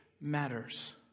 matters